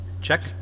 check